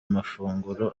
amafunguro